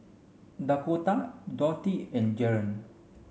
Dakoda Dorthy and Jaron